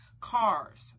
cars